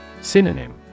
Synonym